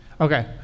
Okay